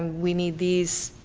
we need these